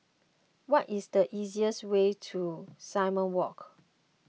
what is the easiest way to Simon Walk